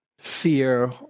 fear